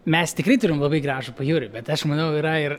mes tikrai turim labai gražų pajūrį bet aš manau yra ir